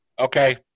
okay